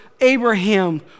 Abraham